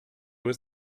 was